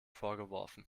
vorgeworfen